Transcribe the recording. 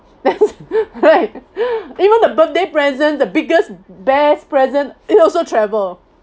right even the birthday present the biggest best present is also travel